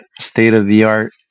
state-of-the-art